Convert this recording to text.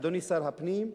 אדוני שר הפנים,